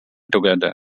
together